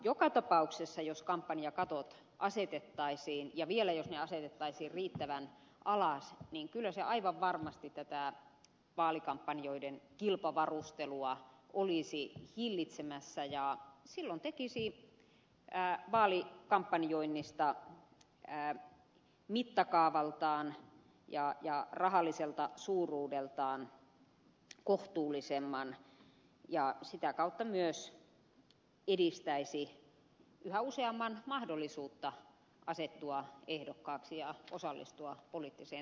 joka tapauksessa jos kampanjakatot asetettaisiin ja vielä jos ne asetettaisiin riittävän alas niin kyllä se aivan varmasti tätä vaalikampanjoiden kilpavarustelua olisi hillitsemässä ja silloin tekisi vaalikampanjoinnista mittakaavaltaan ja rahalliselta suuruudeltaan kohtuullisemman ja sitä kautta myös edistäisi yhä useamman mahdollisuutta asettua ehdokkaaksi ja osallistua poliittiseen toimintaan